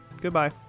goodbye